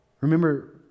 remember